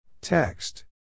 Text